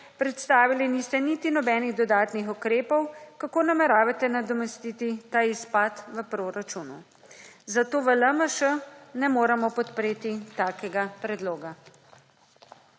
predstavili niste niti nobenih dodatnih ukrepov, kako nameravate nadomestiti ta izpad v proračunu. Zato v LMŠ ne moremo podpreti takega predloga.